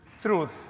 truth